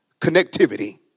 connectivity